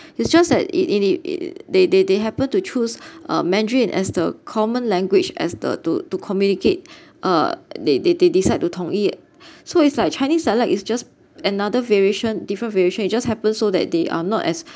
it's just that it it it it they they they happened to choose uh mandarin as the common language as the to to communicate uh they they they decide to 统一 so it's like chinese dialect is just another variation different variation it just happened so that they are not as